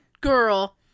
girl